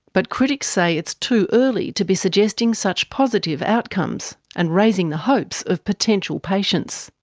but critics say it's too early to be suggesting such positive outcomes, and raising the hopes of potential patients.